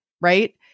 right